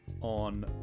on